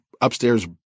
upstairs